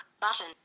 button